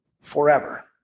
forever